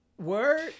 Word